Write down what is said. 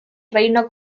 reino